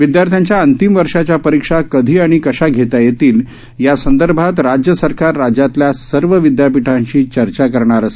विद्यार्थ्याच्या अंतिम वर्षाच्या परीक्षा कधी आणि कशा घेता येतील या संदर्भात राज्य सरकार राज्यातल्या सर्व विद्यापीठांशी चर्चा करणार आहे